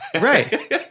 Right